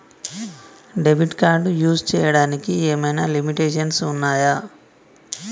Debit card use చేయడానికి ఏమైనా limitations ఉన్నాయా?